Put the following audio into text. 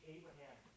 Abraham